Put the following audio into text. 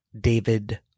David